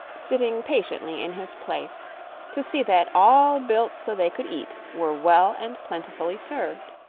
sitting patiently in his place to see that all built so they could eat were well and plentifully served.